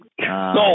No